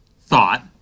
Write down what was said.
thought